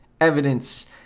evidence